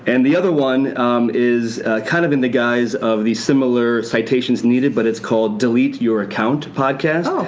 and the other one is kind of in the guise of the similar citations needed but it's called delete your account podcast.